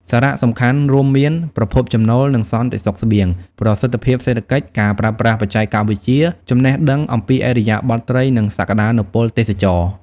សារៈសំខាន់រូមមានប្រភពចំណូល និងសន្តិសុខស្បៀង ប្រសិទ្ធភាពសេដ្ឋកិច្ច ការប្រើប្រាស់បច្ចេកវិទ្យា ចំណេះដឹងអំពីឥរិយាបថត្រី និងសក្តានុពលទេសចរណ៍។